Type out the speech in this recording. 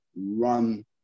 run